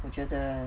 我觉得